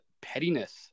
pettiness